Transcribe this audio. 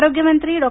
आरोग्यमंत्री डॉ